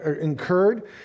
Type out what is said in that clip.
incurred